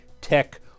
tech